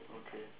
okay